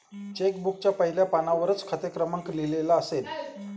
check बुकच्या पहिल्या पानावरच खाते क्रमांक लिहिलेला असेल